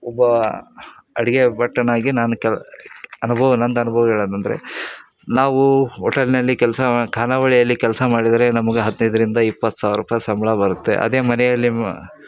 ಒಬ್ಬ ಅಡುಗೆ ಭಟ್ಟನಾಗಿ ನಾನು ಕೆಲ ಅನುಭವ ನಂದು ಅನುಭವ ಹೇಳೋದಂದ್ರೆ ನಾವು ಹೋಟಲ್ನಲ್ಲಿ ಕೆಲಸ ಖಾನಾವಳಿಯಲ್ಲಿ ಕೆಲಸ ಮಾಡಿದರೆ ನಮ್ಗೆ ಹದಿನೈದರಿಂದ ಇಪ್ಪತ್ತು ಸಾವಿರ ರೂಪಾಯಿ ಸಂಬಳ ಬರುತ್ತೆ ಅದೇ ಮನೆಯಲ್ಲಿ ಮ